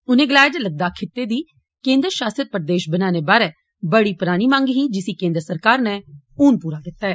उनें गलाया जे लद्दाख खित्ते दी केन्द्र षासित प्रदेष बनाने बारे बड़ी परानी मंग ही जिसी केन्द्र सरकार नै हुन पूरा कीता ऐ